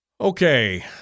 Okay